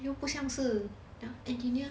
又不像是 engineer